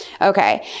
Okay